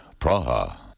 Praha